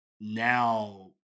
now